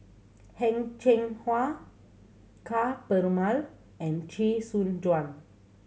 Heng Cheng Hwa Ka Perumal and Chee Soon Juan